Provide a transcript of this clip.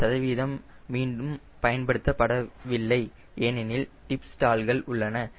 இந்த சதவீதம் மீண்டும் பயன்படுத்தப்படவில்லை ஏனெனில் டிப் ஸ்டால்கள் உள்ளன